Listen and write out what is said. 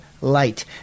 light